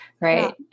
right